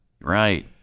Right